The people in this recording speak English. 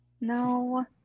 No